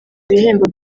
bihembo